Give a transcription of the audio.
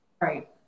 right